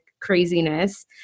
craziness